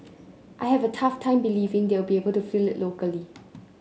I have a tough time believing they'll be able to fill it locally